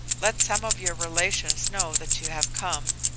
let some of your relations know that you have come,